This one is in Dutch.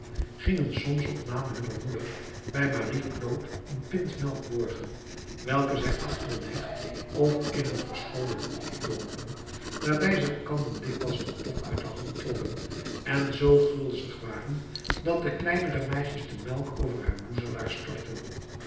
gingen soms op naam hunner moeder bij marie claude een pint melk borgen welke zij achter een heg of in een verscholen hoek opdronken waarbij ze elkander dikwijls den pot uit de hand trokken en zoo gulzig waren dat de kleinere meisjes de melk over haar boezelaars stortten